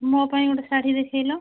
ମୋ ପାଇଁ ଗୋଟେ ଶାଢ଼ୀ ଦେଖାଇଲ